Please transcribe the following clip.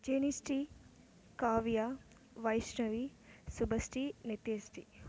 Jenisri Kavya Vaishnavi Subhasri Nithyasri